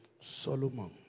Solomon